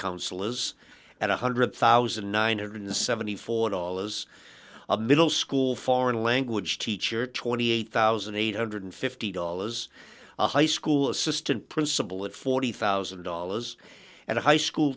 counselors at one hundred thousand nine hundred and seventy four dollars a middle school foreign language teacher twenty eight thousand eight hundred and fifty dollars a high school assistant principal at forty thousand dollars and a high school